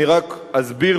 אני רק אסביר,